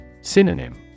Synonym